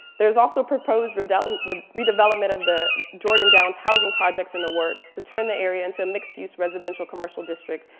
there's also proposed redevelopment redevelopment of the jordan downs housing projects in the works to turn the area into a mixed use residential, commercial district,